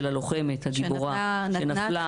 הלוחמת הגיבורה שנפלה על ביטחון המדינה.